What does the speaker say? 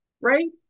right